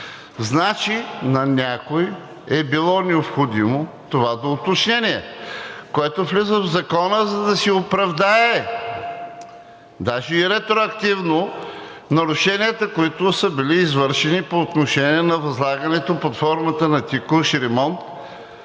Значи на някой е било необходимо това доуточнение, което влиза в закона, за да си оправдае – даже и ретроактивно, нарушенията, които са били извършени по отношение на възлагането под формата на текущ ремонт,